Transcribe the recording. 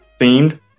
themed